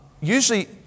usually